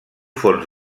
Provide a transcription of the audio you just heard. fons